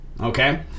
Okay